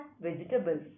vegetables